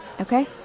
okay